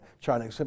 China